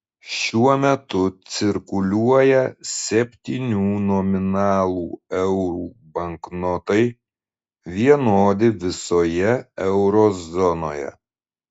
šiuo metu cirkuliuoja septynių nominalų eurų banknotai vienodi visoje euro zonoje